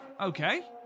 okay